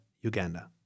Uganda